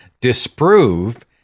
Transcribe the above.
disprove